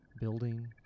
building